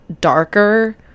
darker